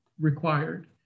required